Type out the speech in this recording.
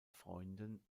freunden